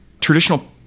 traditional